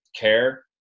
care